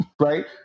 right